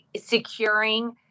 securing